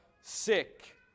sick